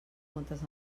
moltes